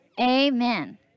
Amen